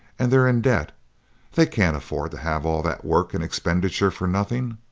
and they're in debt they can't afford to have all that work and expenditure for nothing.